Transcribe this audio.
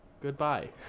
goodbye